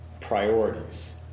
Priorities